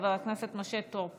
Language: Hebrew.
חבר הכנסת משה טור פז,